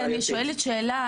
אני שואלת שאלה,